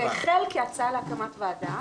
זה החל כהצעה להקמת ועדה.